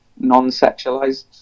non-sexualized